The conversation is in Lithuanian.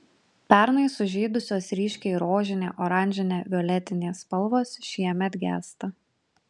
pernai sužydusios ryškiai rožinė oranžinė violetinė spalvos šiemet gęsta